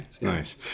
Nice